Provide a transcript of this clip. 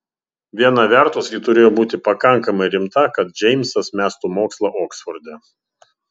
viena vertus ji turėjo būti pakankamai rimta kad džeimsas mestų mokslą oksforde